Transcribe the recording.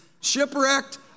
shipwrecked